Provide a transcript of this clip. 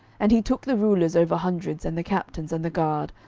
and he took the rulers over hundreds, and the captains, and the guard,